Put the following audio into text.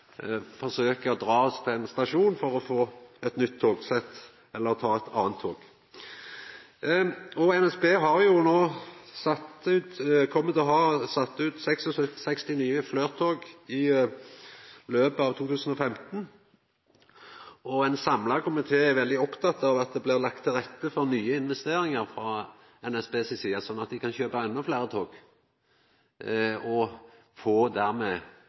forsøka å dra oss til ein stasjon, for å få eit nytt togsett eller ta eit anna tog. NSB kjem til å ha sett ut 66 nye Flirt-tog i løpet av 2015, og ein samla komité er veldig opptatt av at det blir lagt til rette for nye investeringar frå NSB si side, slik at dei kan kjøpa enda fleire tog og dermed få kvaliteten for både dei reisande og standarden på togmateriellet opp på eit heilt anna nivå. Det